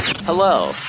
Hello